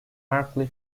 markedly